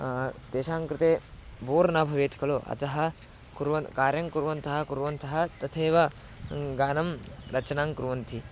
तेषां कृते बोर् न भवेत् खलु अतः कुर्वन् कार्यं कुर्वन्तः कुर्वन्तः तथैव गानं रचनां कुर्वन्ति